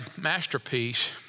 masterpiece